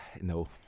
no